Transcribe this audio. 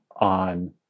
on